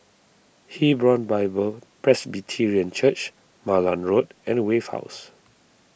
Hebron Bible Presbyterian Church Malan Road and Wave House